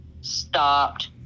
stopped